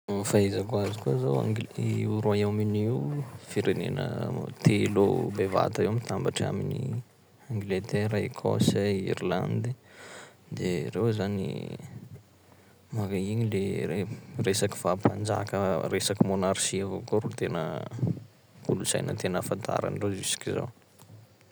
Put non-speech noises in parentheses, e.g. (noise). Fahaizako azy koa zao Angl- io Royaume-Uni io firenena (hesitation) telo bevata io mitambatry aminy: Angleterre, i Ecosse, i Irlande, de reo zany manga igny le re- resaky faha-mpanjaka, resaky monarchie avao koa ro tena kolotsaina tena afantara andreo jusk'izao.